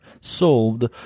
solved